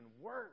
worse